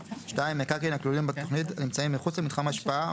(2) מקרקעין הכלולים בתוכנית הנמצאים מחוץ למתחם השפעה,